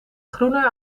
groener